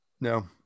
no